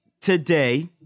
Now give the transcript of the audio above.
today